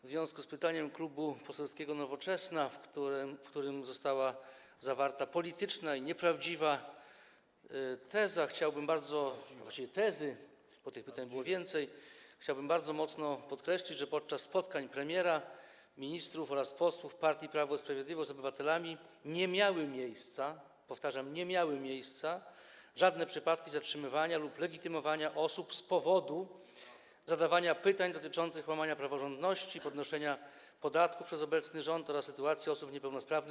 W związku z pytaniem Klubu Poselskiego Nowoczesna, w którym została zawarta polityczna i nieprawdziwa teza, właściwie tezy, bo tych pytań było więcej, chciałbym bardzo mocno podkreślić, że podczas spotkań premiera, ministrów oraz posłów partii Prawo i Sprawiedliwość z obywatelami nie miały miejsca, powtarzam, nie miały miejsca żadne przypadki zatrzymywania lub legitymowania osób z powodu zadawania pytań dotyczących łamania praworządności, podnoszenia podatków przez obecny rząd oraz sytuacji osób niepełnosprawnych.